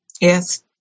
Yes